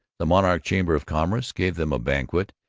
the monarch chamber of commerce gave them a banquet,